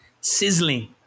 Sizzling